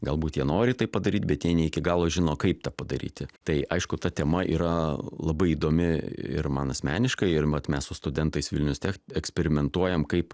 galbūt jie nori tai padaryt bet jie ne iki galo žino kaip tą padaryti tai aišku ta tema yra labai įdomi ir man asmeniškai ir mat mes su studentais vilnius tech eksperimentuojam kaip